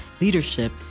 leadership